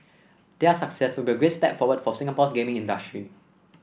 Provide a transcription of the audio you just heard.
their success would be a great step forward for Singapore's gaming industry